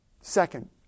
Second